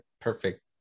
perfect